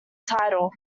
title